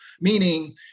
Meaning